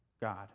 God